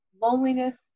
loneliness